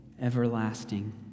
everlasting